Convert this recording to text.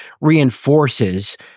reinforces